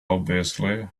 obviously